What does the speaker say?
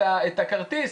את הכרטיס,